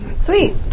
sweet